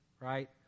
right